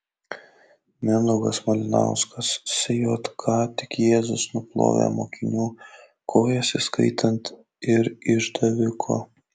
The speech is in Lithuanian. mindaugas malinauskas sj ką tik jėzus nuplovė mokinių kojas įskaitant ir išdaviko